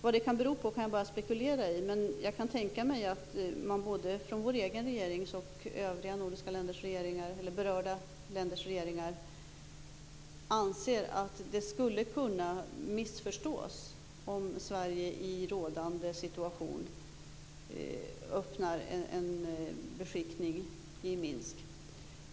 Vad det kan bero på kan jag bara spekulera i, men jag kan tänka mig att man både från vår egen regering och från berörda länders regeringar anser att det skulle kunna missförstås om Sverige i rådande situation öppnar en beskickning i Minsk.